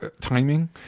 timing